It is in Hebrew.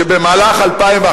שבמהלך 2011,